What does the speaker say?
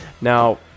Now